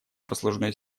послужной